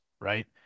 right